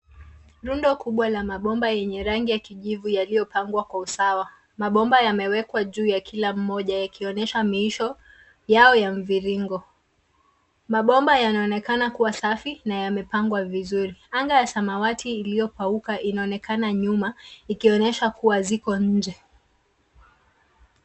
Rundo kubwa la mabomba yenye rangi ya kijivu yaliopangwa kwa usawa. Mabomba yamewekwa juu ya kila moja, yakionyesha miisho yao ya mviringo, Mabomba yanaonekana kuwa safi, na yanaonekana vizuri. Anga ya samawati iliopauka inaonakana nyuma ikionyesha kuwa ziko nje.